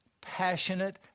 passionate